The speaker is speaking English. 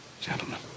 gentlemen